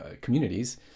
communities